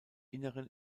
inneren